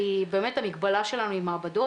כי באמת המגבלה שלנו היא מעבדות.